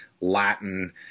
Latin